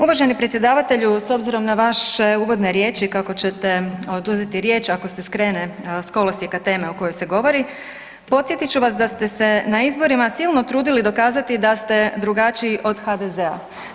Uvaženi predsjedavatelju s obzirom na vaše uvodne riječi kako ćete oduzeti riječ ako se skrene s kolosjeka teme o kojoj govori, podsjetit ću vas da ste se na izborima silno trudili dokazati da ste drugačiji od HDZ-a.